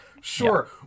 Sure